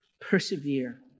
Persevere